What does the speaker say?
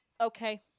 Okay